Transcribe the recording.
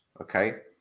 okay